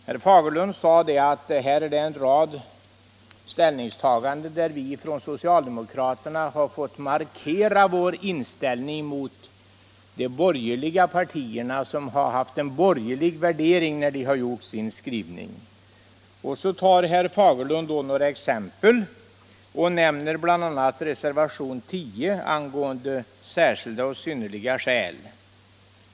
Herr Fagerlund sade att det här fanns en rad ställningstaganden där socialdemokraterna har fått markera sin inställning mot de borgerliga partierna, som har haft en borgerlig värdering när de gjort sin skrivning. Herr Fagerlund tar fram några exempel och nämner bl.a. reservationen 9 angående särskilda och synnerliga skäl.